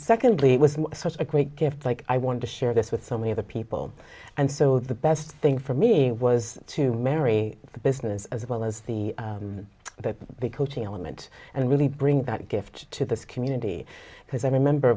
secondly it was such a great gift like i want to share this with so many other people and so the best thing for me was to marry the business as well as the big element and really bring that gift to this community because i remember